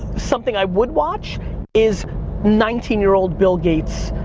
something i would watch is nineteen year old bill gates,